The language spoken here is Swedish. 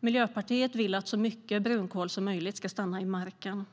Miljöpartiet vill att så mycket brunkol som möjligt ska stanna i marken.